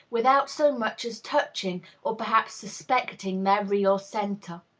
without so much as touching or perhaps suspecting their real centre.